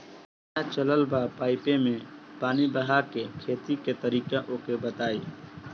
नया चलल बा पाईपे मै पानी बहाके खेती के तरीका ओके बताई?